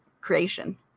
creation